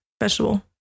Vegetable